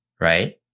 right